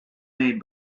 made